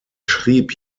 schrieb